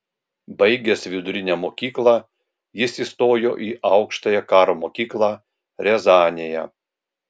baigęs vidurinę mokyklą jis įstojo į aukštąją karo mokyklą riazanėje